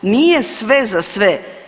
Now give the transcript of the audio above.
Nije sve za sve.